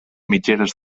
mitgeres